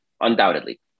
undoubtedly